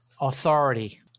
authority